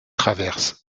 traverse